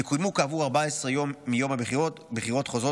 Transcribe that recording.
יקוימו כעבור 14 ימים מיום הבחירות בחירות חוזרות